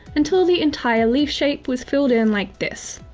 until the entire leaf shape was filled in like this.